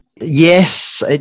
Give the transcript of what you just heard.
Yes